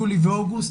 יולי ואוגוסט,